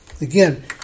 again